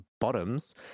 bottoms